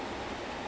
okay